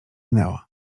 minęła